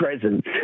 presence